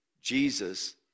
Jesus